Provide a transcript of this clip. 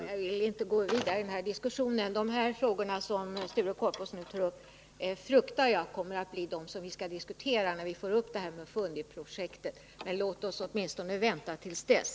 Herr talman! Jag vill inte gå vidare i den här diskussionen. Den typ av frågor som Sture Korpås nu tar upp fruktar jag kommer att bli de som vi kommer att diskutera när vi får upp detta projekt. Men låt oss åtminstone vänta tills dess.